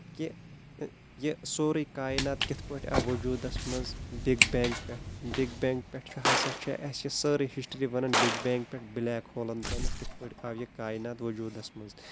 کہِ یہِ سورے کاینات کتھ پٲٹھۍ آو وجودس منٛز بِگ بینگ پٮ۪ٹھ بِگ بینگ پٮ۪ٹھ چھُ ہسا چھِ اسہِ یہِ سٲرٕے ہسٹری ونان بِگ بینگ پٮ۪ٹھ بلیک ہولن تانمَتھ کِتھ پٲٹھۍ آو یہِ کاینات وجودس منٛز